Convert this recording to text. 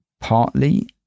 partly